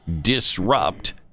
disrupt